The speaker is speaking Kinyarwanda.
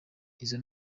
izo